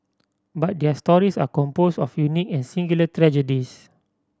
but their stories are composed of unique and singular tragedies